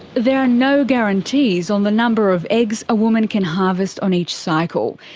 there are no guarantees on the number of eggs a woman can harvest on each cycle.